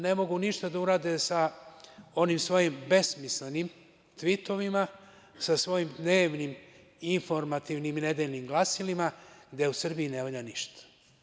Ne mogu ništa da urade sa onim svojim besmislenim tvitovima, sa svojim dnevnim informativnim nedeljnim glasilima da u Srbiji ne valja ništa.